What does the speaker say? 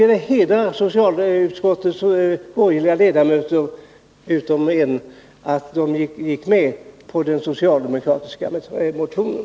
Det hedrar socialutskottets borgerliga ledamöter att de alla utom en gick med på den socialdemokratiska motionen.